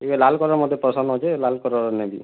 ଏ ମତେ ଲାଲ୍ କଲର୍ ମତେ ପସନ୍ଦ୍ ଅଛେ ଲାଲ୍ କଲର୍ର ନେବି